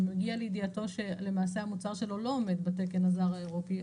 ומגיע לידיעתו שלמעשה המוצר שלו לא עומד בתקן הזר האירופי,